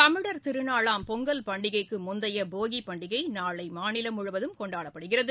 தமிழா் திருநாளாம் பொங்கல் பண்டிகைக்கு முந்தைய போகி பண்டிகை நாளை மாநிலம் முழுவதும் கொண்டாடப்படுகிறது